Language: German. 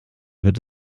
wird